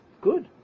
good